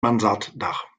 mansarddach